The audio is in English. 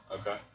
Okay